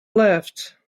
left